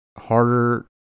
Harder